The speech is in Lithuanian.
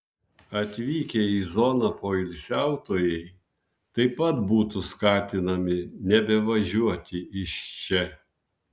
atvykę į zoną poilsiautojai taip pat būtų skatinami nebevažiuoti iš čia